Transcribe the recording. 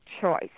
choice